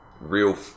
real